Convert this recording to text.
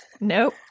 Nope